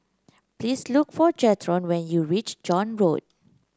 please look for Jethro when you reach John Road